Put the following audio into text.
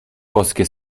boskie